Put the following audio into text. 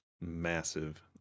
massive